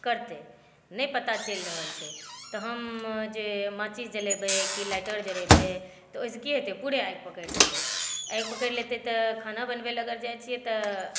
करतै नहि पता चलि रहल छै तब हम जे माचिस जलेबै की लाइटर जलेबै तऽ ओहिसॅं की हेतै पूरे आगि पकड़ि लेतै आगि पकड़ि लेतै तऽ खाना बनबै लए अगर जाइ छियै तऽ